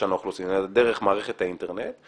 מרשם האוכלוסין אלא דרך מערכת האינטרנט,